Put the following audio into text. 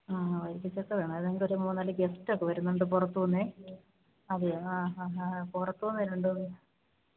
ആ വരിക്കച്ചക്ക വേണമായിരുന്നു എനിക്കൊരു മൂന്ന് നാല് ഗസ്റ്റൊക്കെ വരുന്നുണ്ട് പുറത്ത് നിന്ന് അതെയോ ആ ആ ആ പുറത്ത് നിന്ന് രണ്ട്